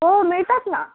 हो मिळतात ना